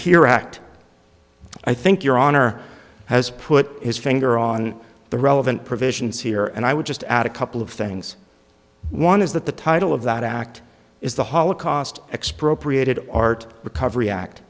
the here act i think your honor has put his finger on the relevant provisions here and i would just add a couple of things one is that the title of that act is the holocaust expropriated art recovery act